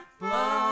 blow